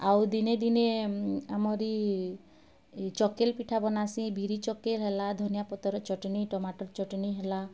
ଆଉ ଦିନେ ଦିନେ ଆମରି ଚକେଲ୍ ପିଠା ବନାସି ବିରି ଚକେଲ ହେଲା ଧନିଆ ପତର ଚଟନି ଟମାଟର ଚଟନି ହେଲା